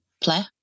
play